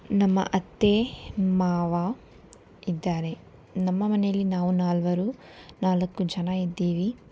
ನಮ್ಮ ಅತ್ತೆ ಮಾವ ಇದ್ದಾರೆ ನಮ್ಮ ಮನೆಯಲ್ಲಿ ನಾವು ನಾಲ್ವರು ನಾಲ್ಕು ಜನ ಇದ್ದೀವಿ